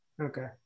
Okay